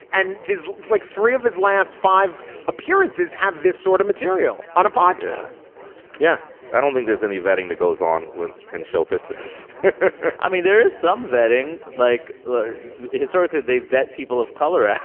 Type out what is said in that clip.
and there's like three of his last five appearances have this sort of material on a podcast yeah i don't think there's any vetting that goes on in show business i mean there is some vetting like historically they vet people of color. ah